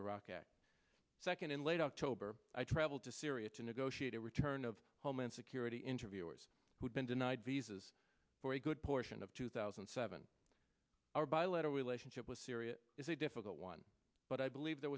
act second in late october i traveled to syria to negotiate a return of homeland security interviewers who'd been denied visas for a good portion of two thousand and seven our bilateral relationship with syria is a difficult one but i believe th